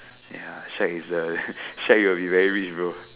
ya shag is the shag will be very rich bro